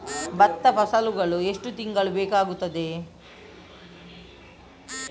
ಭತ್ತ ಫಸಲಾಗಳು ಎಷ್ಟು ತಿಂಗಳುಗಳು ಬೇಕಾಗುತ್ತದೆ?